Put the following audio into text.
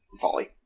volley